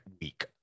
week